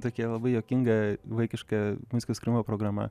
tokia labai juokinga vaikiška muzikos kūrimo programa